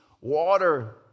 water